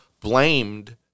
blamed